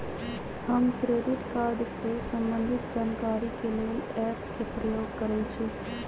हम credit card से संबंधित जानकारी के लेल एप के प्रयोग करइछि